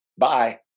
Bye